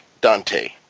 Dante